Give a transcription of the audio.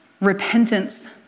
repentance